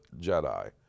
Jedi